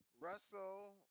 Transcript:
Russell